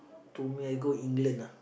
to me I go England ah